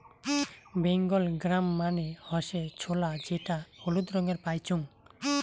Bengal gram মানে হসে ছোলা যেটা হলুদ রঙে পাইচুঙ